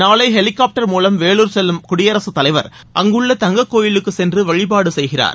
நாளை ஹெலிகாப்டர் மூலம் வேலூர் செல்லும் குடியரசுத் தலைவர் அங்குள்ள தங்கக்கோயிலுக்கு சென்று வழிபாடு செய்கிறார்